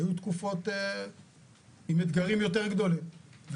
והיו תקופות עם אתגרים יותר גדולים.